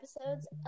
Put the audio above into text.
Episodes